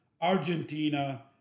Argentina